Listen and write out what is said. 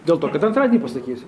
dėl to kad antradienį pasakysiu